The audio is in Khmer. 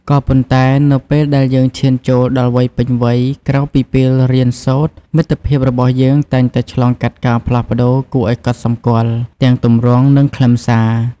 ក៏ប៉ុន្តែ នៅពេលដែលយើងឈានចូលដល់វ័យពេញវ័យ ក្រៅពីពេលរៀនសូត្រ មិត្តភាពរបស់យើងតែងតែឆ្លងកាត់ការផ្លាស់ប្តូរគួរឱ្យកត់សម្គាល់ ទាំងទម្រង់ និងខ្លឹមសារ។